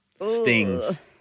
stings